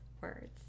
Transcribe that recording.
words